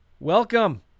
Welcome